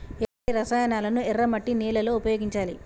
ఎలాంటి రసాయనాలను ఎర్ర మట్టి నేల లో ఉపయోగించాలి?